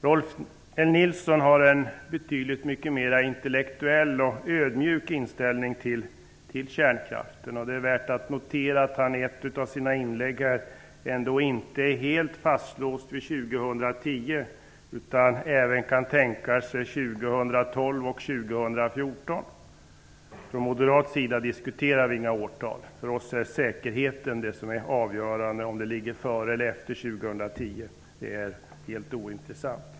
Rolf L Nilson har en betydligt mer intellektuell och ödmjuk inställning till kärnkraften. Det är värt att notera att han i ett av sina inlägg ändå inte är helt fastlåst vid 2010, utan även kan tänka sig 2012 och 2014 som tidpunkt för avvecklingen. Från moderat sida diskuterar vi inga årtal. För oss är säkerheten avgörande. Om avvecklingen blir före eller efter 2010 är helt ointressant.